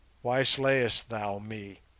why slayest thou me?